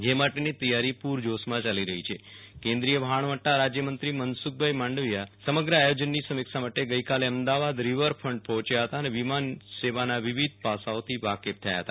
જે માટેની તૈયારી પુ રજોશમાં યાલી રહી છે કેન્દ્રીય વહાવટા રાજ્યમંત્રી મનસુખ માંડવીયા સમગ્ર આયોજનની સમીક્ષા માટે ગઈકાલે અમદાવાદ રિવરફન્ટ પહોંચ્યા હતા અને વિમાન સેવાના વિવિધ પાસાઓથી વાકેફ થયા હતા